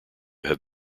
have